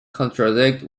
contradict